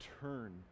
turn